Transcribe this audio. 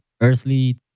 earthly